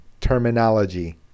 terminology